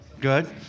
Good